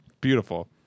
Beautiful